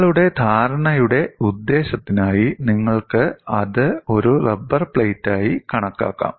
നിങ്ങളുടെ ധാരണയുടെ ഉദ്ദേശ്യത്തിനായി നിങ്ങൾക്ക് അത് ഒരു റബ്ബർ പ്ലേറ്റായി കണക്കാക്കാം